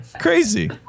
crazy